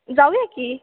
जाऊया की